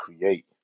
create